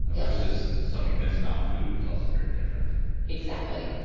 and versus something that's not food is also very different exactly.